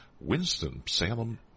Winston-Salem